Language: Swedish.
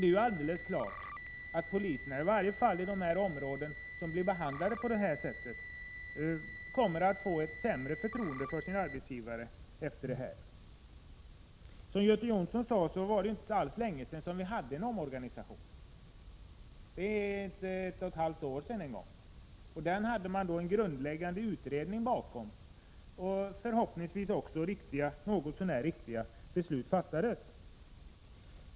Det är alldeles klart att poliserna, i varje fall i de områden som blir behandlade på det här sättet, kommer att få ett sämre förtroende för sin arbetsgivare. Som Göte Jonsson sade var det inte alls länge sedan vi hade en omorganisation — det är inte ens ett och ett halvt år sedan. Till grund för omorganisationen hade man en grundläggande utredning, och förhoppningsvis var det något så när riktiga beslut som fattades.